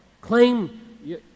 Claim